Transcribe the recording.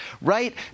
right